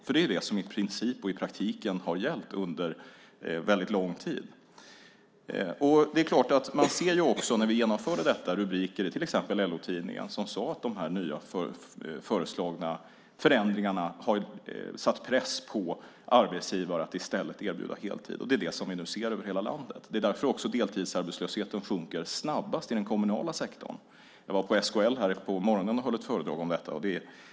Det är ju det som i praktiken har gällt under väldigt lång tid. När vi genomförde detta kunde man se rubriker i till exempel LO-tidningen som sade att de nya förändringarna har satt press på arbetsgivare att i stället erbjuda heltid. Det ser vi nu över hela landet. Det är också därför deltidsarbetslösheten sjunker snabbast i den kommunala sektorn. Jag var på SKL i dag på morgonen och höll föredrag om detta.